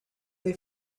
they